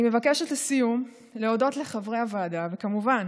אני מבקשת, לסיום, להודות לחברי הוועדה, וכמובן